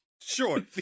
Sure